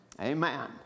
Amen